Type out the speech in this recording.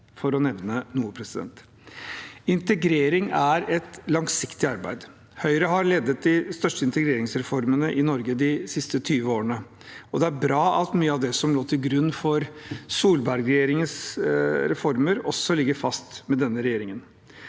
for å nevne noe. Integrering er et langsiktig arbeid. Høyre har ledet de største integreringsreformene i Norge de siste 20 årene. Det er bra at mye av det som lå til grunn for Solberg-regjeringens reformer, også ligger fast med denne regjeringen.